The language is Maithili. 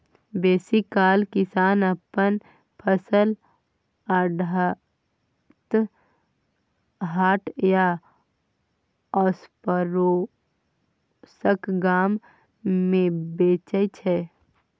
बेसीकाल किसान अपन फसल आढ़त, हाट या आसपरोसक गाम मे बेचै छै